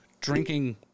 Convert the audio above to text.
drinking